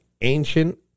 ancient